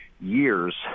years